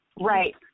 right